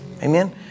Amen